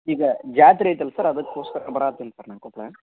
ಈಗ ಜಾತ್ರೆ ಐತಲ್ಲ ಸರ್ ಅದಕ್ಕೋಸ್ಕರ ಬರ ಹತ್ತೀನಿ ಸರ್ ನಾ ಕೊಪ್ಪಳ